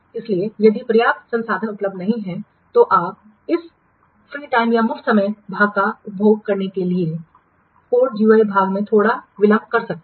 इसलिए यदि पर्याप्त संसाधन उपलब्ध नहीं है तो आप इस मुक्त समय भाग का उपभोग करने के लिए कोड GUI भाग में थोड़ा विलंब कर सकते हैं